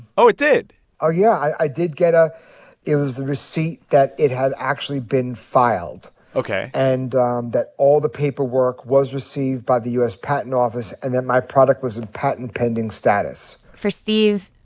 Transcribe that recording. oh, it did oh, yeah, i did get a it was the receipt that it had actually been filed ok and that all the paperwork was received by the u s. patent office and that my product was in patent pending status for steve,